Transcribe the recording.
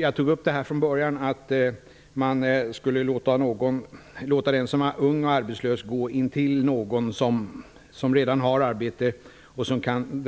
Jag tog upp att man skulle låta den som är ung och arbetslös gå intill någon som redan har arbete och som kan